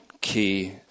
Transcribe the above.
key